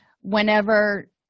Whenever